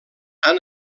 han